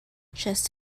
just